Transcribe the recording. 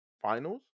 Finals